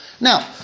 Now